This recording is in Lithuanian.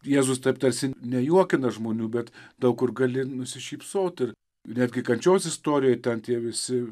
ir jėzus taip tarsi nejuokina žmonių bet daug kur gali nusišypsot ir ir netgi kančios istorijoj ten tie visi